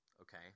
Okay